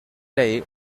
day